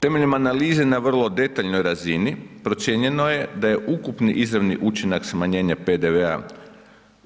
Temeljem analize na vrlo detaljnoj razini procijenjeno je da je ukupni izravni učinak smanjenja PDV-a